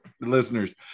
listeners